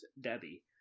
Debbie